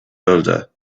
boulder